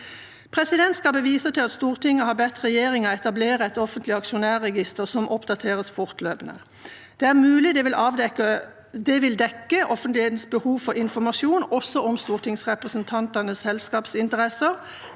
Presidentskapet viser til at Stortinget har bedt regjeringa etablere et offentlig aksjonærregister som oppdateres fortløpende. Det er mulig det vil dekke offentlighetens behov for informasjon også om stortingsrepresentantenes selskapsinteresser,